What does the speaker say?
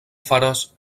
faras